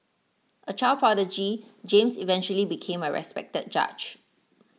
a child prodigy James eventually became a respected judge